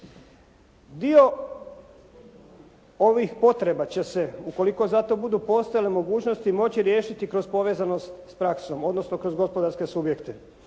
Dio ovih potreba će se ukoliko zato budu postojale mogućnosti moći riješiti kroz povezanost s praksom, odnosno kroz gospodarske subjekte.